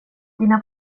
dina